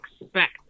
expect